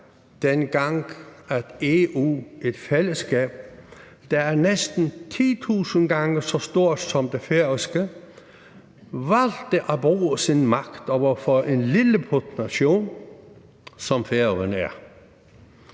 dengang, hvor EU, der er næsten 10.000 gange så stor som Færøerne, i fællesskab valgte at bruge sin magt over for en lilleputnation, som Færøerne er.